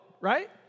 right